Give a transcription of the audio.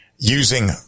Using